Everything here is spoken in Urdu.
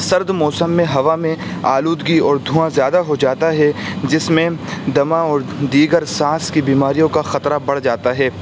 سرد موسم میں ہوا میں آلودگی اور دھواں زیادہ ہو جاتا ہے جس میں دمہ اور دیگر سانس کی بیماریوں کا خطرہ بڑھ جاتا ہے